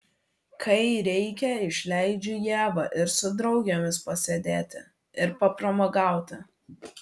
kai reikia išleidžiu ievą ir su draugėmis pasėdėti ir papramogauti